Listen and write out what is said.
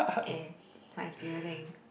and my feeling